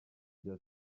gihe